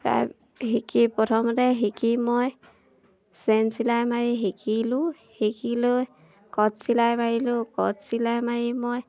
তাৰ শিকি প্ৰথমতে শিকি মই চেইন চিলাই মাৰি শিকিলোঁ শিকিলৈ কট চিলাই মাৰিলোঁ কট চিলাই মাৰি মই